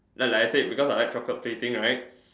like like as I said because I like chocolate plating right